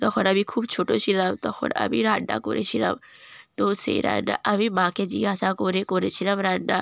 তখন আমি খুব ছোটো ছিলাম তখন আমি রান্না করেছিলাম তো সেই রান্না আমি মাকে জিজ্ঞাসা করে করেছিলাম রান্না